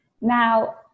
Now